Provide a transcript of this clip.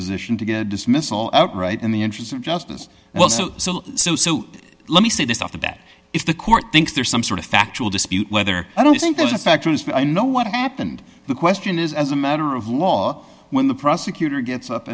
position to get a dismissal outright in the interest of justice well so so so let me say this off the bat if the court thinks there's some sort of factual dispute whether i don't think there's a fact i know what happened the question is as a matter of law when the prosecutor gets up